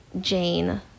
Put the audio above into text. Jane